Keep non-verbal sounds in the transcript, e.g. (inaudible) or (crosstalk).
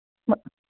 (unintelligible)